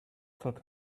that